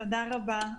תודה רבה.